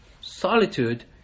Solitude